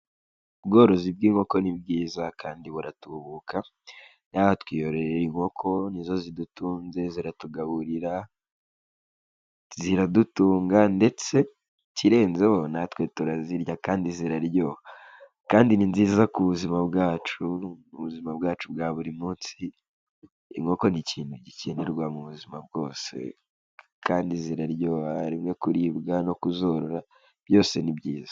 Ubworozi bw'inkoko ni bwiza kandi buratubuka. Inaha twiyorera inkoko, ni zo zidutunze, ziratugaburira ziradutunga ndetse ikirenzeho natwe turazirya kandi ziraryoha. Kandi ni nziza ku buzima bwacu, ubuzima bwacu bwa buri munsi. Inkoko ni ikintu gikenerwa mu buzima bwose, kandi ziraryoha, rimwe kuribwa no kuzorora byose ni byiza.